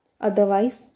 otherwise